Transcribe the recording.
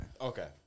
Okay